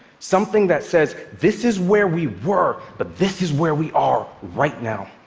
something that says, this is where we were, but this is where we are right now.